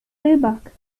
rybak